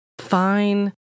Fine